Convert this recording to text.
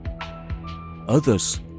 others